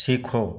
सीखो